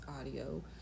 audio